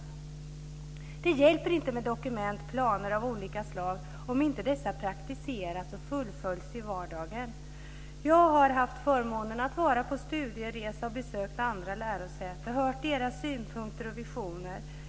Det hjälper inte med dokument och planer av olika slag om inte dessa praktiseras och fullföljs i vardagen. Jag har haft förmånen att på studieresa besöka flera lärosäten. Jag har hört deras synpunkter och visioner.